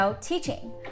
teaching